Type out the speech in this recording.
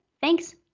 Thanks